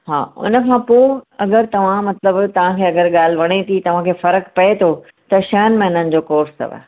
हा उन खां पोइ अगरि तव्हां मतिलब तव्हां खे अगरि ॻाल्हि वणे थी तव्हां खे फ़रक़ पवे थो त छहनि महिनन जो कोर्स अथव